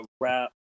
wrap